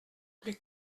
plus